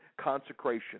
consecration